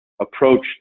approach